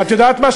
את יודעת מה?